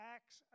Acts